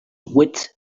wit